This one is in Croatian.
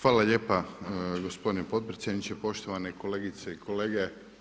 Hvala lijepa gospodine potpredsjedniče, poštovane kolegice i kolege.